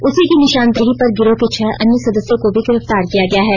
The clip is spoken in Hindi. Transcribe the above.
उसी की निशानदेही पर गिरोह के छह अन्य सदस्यों को भी गिरफ्तार किया गया है